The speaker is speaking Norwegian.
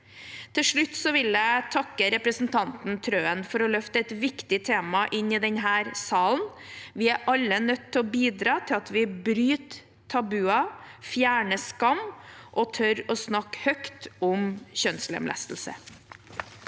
Til slutt vil jeg takke representanten Trøen for å løfte et viktig tema inn i denne salen. Vi er alle nødt til å bidra til å bryte tabuer, fjerne skam og å tørre å snakke høyt om kjønnslemlestelse.